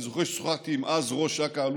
אני זוכר ששוחחתי עם ראש אכ"א אז,